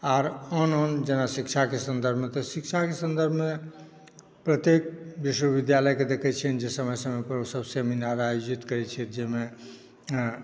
आर आर जेना शिक्षाके संदर्भमे तऽ शिक्षाके संदर्भमे प्रत्येक विश्व विद्यालयक देखै छियनि जे समय समय पर ओसभ सेमिनार आयोजित करै छथि जाहिमे